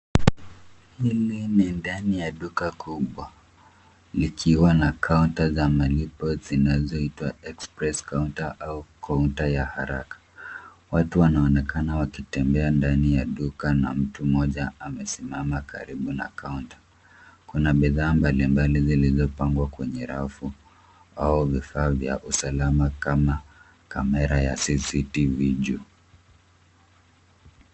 Hili ni ndani ya duka kubwa likiwa na kaunta za malipo zinazoitwa express counter au kaunta ya haraka. Watu wanaonekana wakitembea ndani ya duka na mtu mmoja amesimama karibu na kaunta. Kuna bidhaa mbalimbali zilizopangwa kwenye rafu au vifaa vya usalama kama kamera ya cctv juu.